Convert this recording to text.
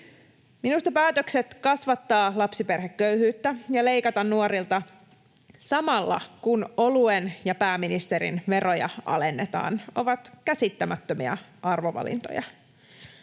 Minusta päätökset kasvattaa lapsiperheköyhyyttä ja leikata nuorilta samalla, kun oluen ja pääministerin veroja alennetaan, ovat käsittämättömiä arvovalintoja.